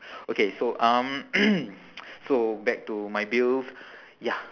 okay so um so back to my bills ya